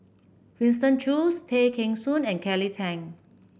Winston Choos Tay Kheng Soon and Kelly Tang